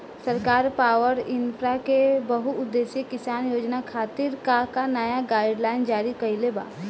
सरकार पॉवरइन्फ्रा के बहुउद्देश्यीय किसान योजना खातिर का का नया गाइडलाइन जारी कइले बा?